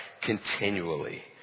continually